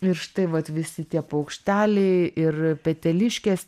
ir štai vat visi tie paukšteliai ir peteliškės